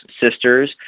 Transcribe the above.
sisters